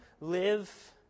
live